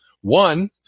One